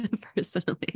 personally